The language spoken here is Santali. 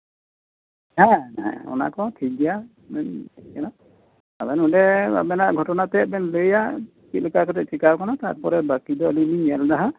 ᱦᱮᱸ ᱦᱮᱸ ᱚᱱᱟ ᱠᱚᱫᱚ ᱴᱷᱤᱠ ᱜᱮᱭᱟ ᱚᱸᱰᱮ ᱟᱵᱮᱱᱟᱜ ᱜᱷᱚᱴᱚᱱᱟ ᱛᱮᱫ ᱵᱮᱱ ᱞᱟᱹᱭᱟ ᱚᱠᱟ ᱠᱚᱨᱮ ᱪᱮᱫ ᱪᱮᱠᱟᱣ ᱠᱟᱱᱟ ᱵᱟᱠᱤ ᱫᱚ ᱟᱹᱞᱤᱧ ᱞᱤᱧ ᱧᱮᱞ ᱫᱟ ᱦᱟᱸᱜ